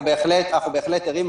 אנחנו בהחלט ערים.